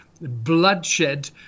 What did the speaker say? bloodshed